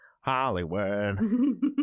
hollywood